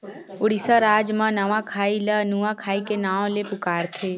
उड़ीसा राज म नवाखाई ल नुआखाई के नाव ले पुकारथे